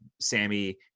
Sammy